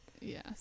yes